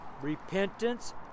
Repentance